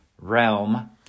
realm